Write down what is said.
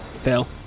Fail